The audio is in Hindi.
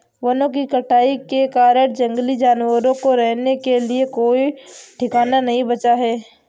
वनों की कटाई के कारण जंगली जानवरों को रहने के लिए कोई ठिकाना नहीं बचा है